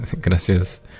Gracias